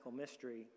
mystery